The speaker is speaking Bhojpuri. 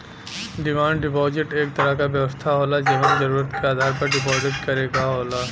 डिमांड डिपाजिट एक तरह क व्यवस्था होला जेमन जरुरत के आधार पर डिपाजिट करे क होला